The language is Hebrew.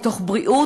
מתוך בריאות,